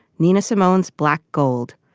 nina samoans black gold.